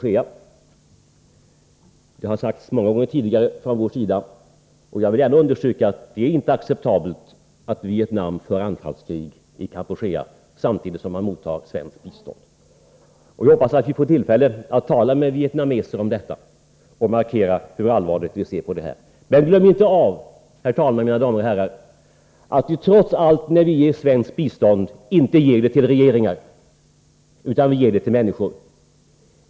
Jag vill understryka det som har sagts många gånger tidigare från vår sida, nämligen att det inte är acceptabelt att Vietnam för anfallskrig i Kampuchea samtidigt som man mottar svenskt bistånd. Jag hoppas att vi får tillfälle att tala med vietnamesiska företrädare om detta och markera hur allvarligt vi ser på det. Men, herr talman, ärade damer och herrar, glöm inte bort att vi trots allt när vi ger svenskt bistånd inte ger det till regeringar utan till människor.